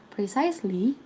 Precisely